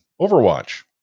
overwatch